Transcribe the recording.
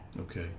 Okay